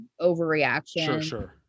overreaction